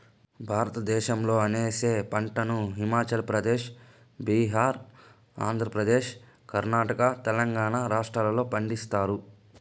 భారతదేశంలో అవిసె పంటను హిమాచల్ ప్రదేశ్, బీహార్, ఆంధ్రప్రదేశ్, కర్ణాటక, తెలంగాణ రాష్ట్రాలలో పండిస్తారు